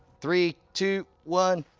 three, two, one.